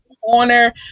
corner